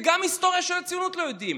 וגם היסטוריה של הציונות לא יודעים,